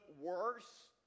worse